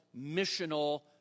missional